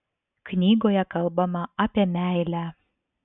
knygoje kalbama apie meilę